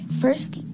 First